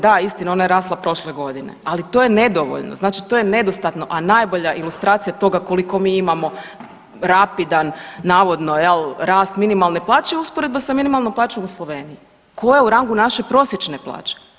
Da, istina, ona je rasla prošle godine, ali to je nedovoljno, to je nedostatno, a najbolja ilustracija toga koliko mi imamo rapidan, navodno, je li, rast minimalne plaće je usporedba sa minimalnom plaćom u Sloveniji koja je u rangu naše prosječne plaće.